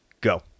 go